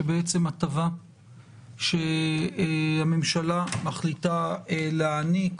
שהטבה שהממשלה מחליטה להעניק